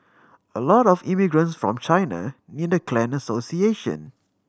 a lot of immigrants from China need a clan association